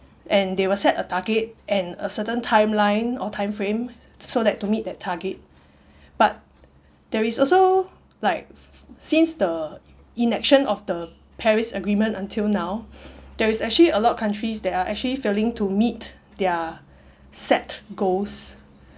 and they will set a target and a certain timeline or time frame so that to meet that target but there is also like since the enaction of the paris agreement until now there is actually a lot of countries that are actually failing to meet their set goals